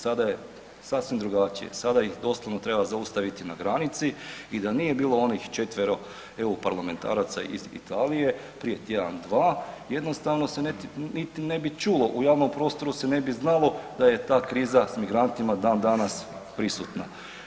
Sada je sasvim drugačije, sada ih doslovno treba zaustaviti na granici i da nije bilo onih četvero EU parlamentaraca iz Italije prije tjedna, dva jednostavno se niti ne bi čulo, u javnom prostoru se ne bi znalo da je ta kriza s migrantima dan danas prisutna.